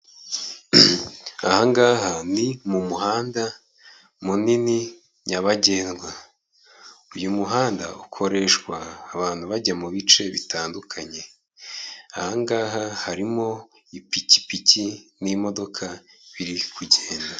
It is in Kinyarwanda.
Aha ngaha ni mu muhanda munini nyabagendwa, uyu muhanda ukoreshwa abantu bajya mubi bice bitandukanye, aha ngaha harimo ipikipiki n'imodoka biri kugenda.